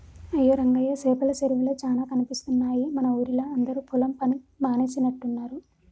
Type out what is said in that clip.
అయ్యో రంగయ్య సేపల సెరువులే చానా కనిపిస్తున్నాయి మన ఊరిలా అందరు పొలం పని మానేసినట్టున్నరు